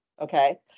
Okay